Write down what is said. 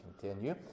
continue